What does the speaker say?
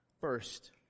first